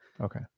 Okay